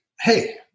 Hey